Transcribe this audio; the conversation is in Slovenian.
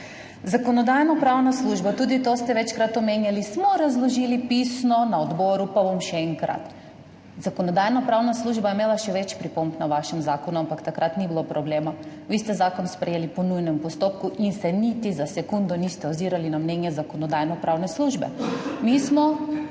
Zakonodajno-pravna služba, tudi to ste večkrat omenjali, smo razložili pisno na odboru, pa bom še enkrat, Zakonodajno-pravna služba je imela še več pripomb na vašem zakonu, ampak takrat ni bilo problema, vi ste zakon sprejeli po nujnem postopku in se niti za sekundo niste ozirali na mnenje Zakonodajno-pravne službe. Mi smo